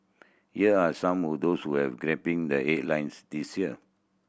here are some of those which have grabbing the headlines this year